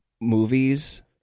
movies